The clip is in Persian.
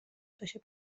بشه